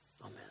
Amen